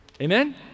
Amen